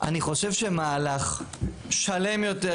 אני חושב שמהלך שלם יותר,